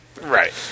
Right